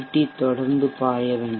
D தொடர்ந்து பாய வேண்டும்